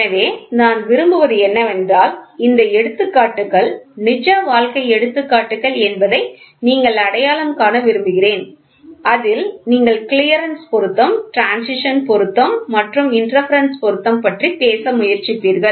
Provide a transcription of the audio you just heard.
எனவே நான் விரும்புவது என்னவென்றால் இந்த எடுத்துக்காட்டுகள் நிஜ வாழ்க்கை எடுத்துக்காட்டுகள் என்பதை நீங்கள் அடையாளம் காண விரும்புகிறேன் அதில் நீங்கள் கிளியரன்ஸ் பொருத்தம் ட்ரான்சிடின் பொருத்தம் மற்றும் இன்டர்பெரென்ஸ் பொருத்தம் பற்றி பேச முயற்சிப்பீர்கள்